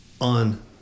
on